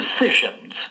decisions